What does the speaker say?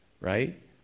Right